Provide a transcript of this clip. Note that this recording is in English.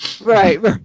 right